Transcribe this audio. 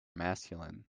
masculine